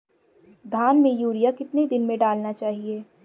धान में यूरिया कितने दिन में डालना चाहिए?